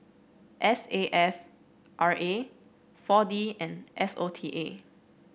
S A F R A four D and S O T A